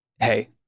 Hey